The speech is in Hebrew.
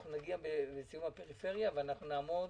אנחנו נגיע לפריפריה ואנחנו נעמוד